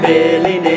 Billy